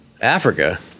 Africa